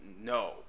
no